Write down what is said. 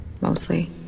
mostly